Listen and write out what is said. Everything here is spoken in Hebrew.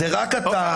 זה רק אתה.